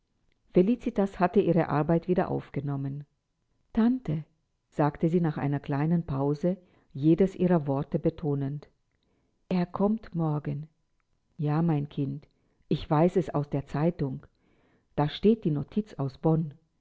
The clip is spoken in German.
felicitas hatte ihre arbeit wieder aufgenommen tante sagte sie nach einer kleinen pause jedes ihrer worte betonend er kommt morgen ja mein kind ich weiß es aus der zeitung da steht die notiz aus bonn